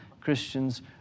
Christians